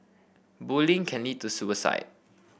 bullying can lead to suicide